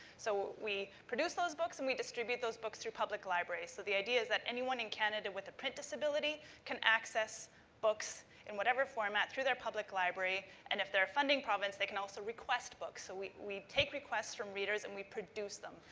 so, we produce those books and we distribute those books through public libraries. so, the idea is that anyone in canada with a print disability can access books in whatever format through their public library, and if they're a funding province, they can also request books. so, we we take requests from readers and we produce them.